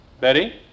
Betty